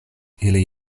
ili